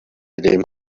decorated